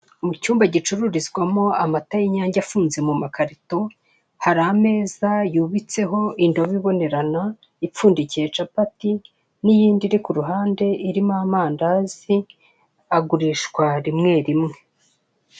Mu cyumba gicururizwamo amata y'inyange afunze mu makarito, hari ameza yubitseho indobo ibonerana, ipfundikiye capati, n'iyindi iru ku ruhande irimo amandazi, agurishwa rimwe rimwe.